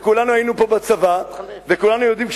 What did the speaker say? וכולנו פה היינו בצבא וכולנו יודעים,